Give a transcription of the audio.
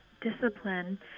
discipline